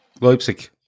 Leipzig